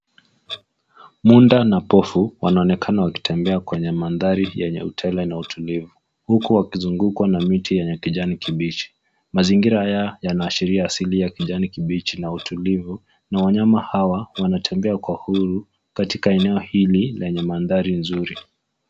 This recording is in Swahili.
Munda na pofu wanaonekana wakitembea kwenye mandhari yenye utele na utulivu huku wakizungukwa na miti yenye kijani kibichi. Mazingira haya yanaashiria asili ya kijani kibichi na utulivu na wanyama hawa wanatembea kwa uhuru katika eneo hili lenye mandhari nzuri